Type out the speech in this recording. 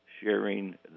sharing